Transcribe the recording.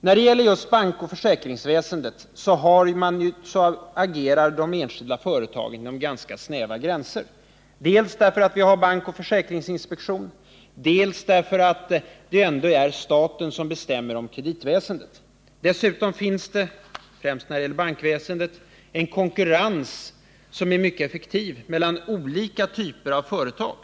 När det gäller bankoch försäkringsväsendet agerar de enskilda företagen inom ganska snäva gränser. Vi har bankoch försäkringsinspektionen, och det är ändå till slut staten som bestämmer om kreditväsendet. Dessutom finns en konkurrens som är mycket effektiv mellan olika typer av företag.